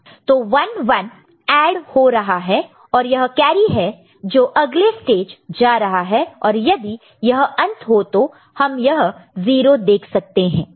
तो 1 1 ऐड हो रहा है और यह कैरी है जो अगले स्टेज जा रहा है और यदि यह अंत हो तो हम यह 0 देख सकते हैं